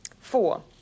Four